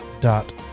dot